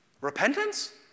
repentance